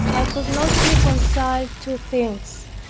i could not reconcile two things,